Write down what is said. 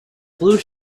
blue